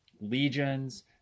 Legions